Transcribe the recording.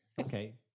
Okay